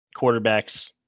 quarterbacks